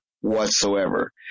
whatsoever